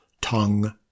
tongue